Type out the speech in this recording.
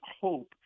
hope